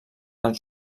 els